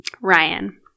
Ryan